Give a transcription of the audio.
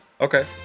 Okay